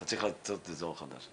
אתה צריך לעשות מחדש.